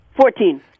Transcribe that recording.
Fourteen